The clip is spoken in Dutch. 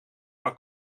maar